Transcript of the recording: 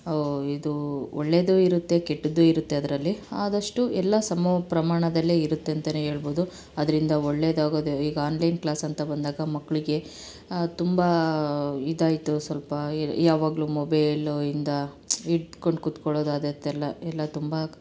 ಇದು ಒಳ್ಳೆಯದೂ ಇರುತ್ತೆ ಕೆಟ್ಟದ್ದೂ ಇರುತ್ತೆ ಅದರಲ್ಲಿ ಆದಷ್ಟು ಎಲ್ಲ ಸಮ ಪ್ರಮಾಣದಲ್ಲೇ ಇರುತ್ತೆ ಅಂತನೇ ಹೇಳ್ಬೋದು ಅದರಿಂದ ಒಳ್ಳೇದು ಆಗೋದು ಈಗ ಆನ್ಲೈನ್ ಕ್ಲಾಸ್ ಅಂತ ಬಂದಾಗ ಮಕ್ಕಳಿಗೆ ತುಂಬ ಇದಾಯಿತು ಸ್ವಲ್ಪ ಯೆ ಯಾವಾಗಲೂ ಮೊಬೇಲು ಇಂದ ಇಟ್ಕೊಂಡು ಕುತ್ಕೊಳದು ಅದೇ ಎಲ್ಲ ಎಲ್ಲ ತುಂಬ